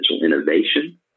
Innovation